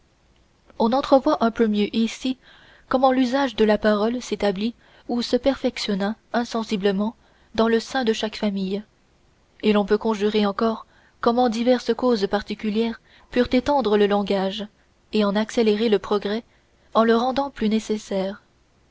on entrevoit un peu mieux ici comment l'usage de la parole s'établit ou se perfectionne insensiblement dans le sein de chaque famille et l'on peut conjecturer encore comment diverses causes particulières purent étendre le langage et en accélérer le progrès en le rendant plus nécessaire